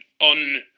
on